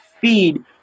feed